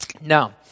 Now